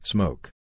Smoke